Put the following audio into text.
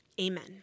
amen